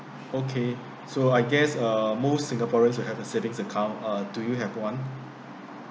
okay so I guess uh most singaporeans will have a savings account uh do have one